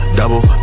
double